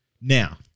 Now-